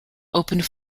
opened